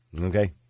Okay